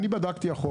אני בדקתי אחורה,